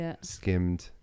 skimmed